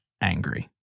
angry